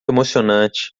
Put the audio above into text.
emocionante